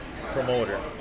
promoter